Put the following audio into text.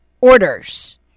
Orders